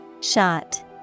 Shot